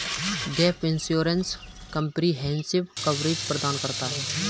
gap insurance comprehensive coverage प्रदान करता है